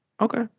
Okay